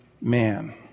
man